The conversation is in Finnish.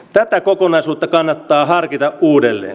tätä kokonaisuutta kannattaa harkita uudelleen